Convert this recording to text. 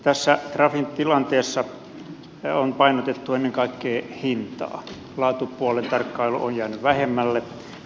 tässä trafin tilanteessa on painotettu ennen kaikkea hintaa laatupuolen tarkkailu on jäänyt vähemmälle